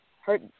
hurt